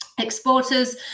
exporters